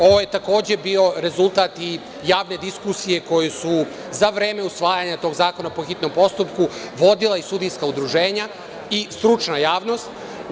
Ovo je takođe, bio i rezultat i javne diskusije koju sa za vreme usvajanja tog zakona po hitnom postupku vodila i sudijska udruženja i stručna javnost.